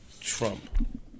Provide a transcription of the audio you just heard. Trump